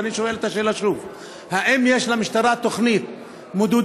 ואני שואל את השאלה שוב: האם יש למשטרה תוכנית מדודה,